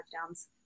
touchdowns